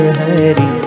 hari